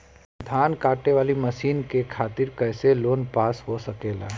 धान कांटेवाली मशीन के खातीर कैसे लोन पास हो सकेला?